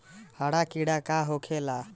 हरा कीड़ा का होखे ला?